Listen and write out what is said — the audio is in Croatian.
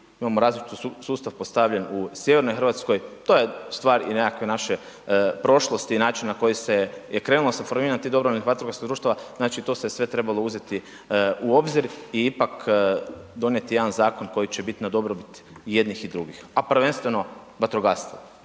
imamo različiti sustav postavljen u sjevernoj Hrvatskoj, to je stvar i nekakve naše prošlosti i način na koji je krenulo sa formiranjem tih DVD-a, znači to se sve trebalo uzeti u obzir i ipak donijeti jedan zakon koji će biti na dobrobit jednih i drugih a prvenstveno vatrogastvu,